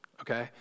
okay